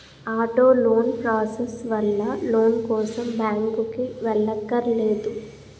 auto loan process వల్ల loan కోసం బ్యాంకుకి వెళ్ళక్కర్లేదు